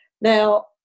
Now